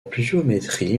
pluviométrie